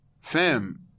fam